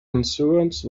insurance